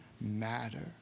matter